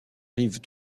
rive